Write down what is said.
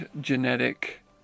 genetic